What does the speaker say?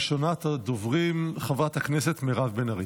ראשונת הדוברים, חברת הכנסת מירב בן ארי.